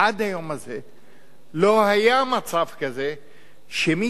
עד היום הזה לא היה מצב כזה שמטהרן